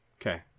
Okay